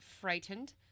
frightened